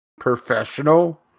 professional